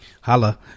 Holla